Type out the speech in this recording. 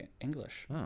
English